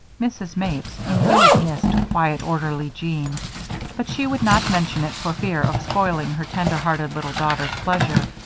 mrs. mapes, indeed, missed quiet, orderly jean but she would not mention it for fear of spoiling her tender-hearted little daughter's pleasure,